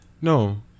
no